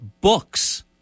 books